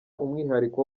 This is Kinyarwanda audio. umwihariko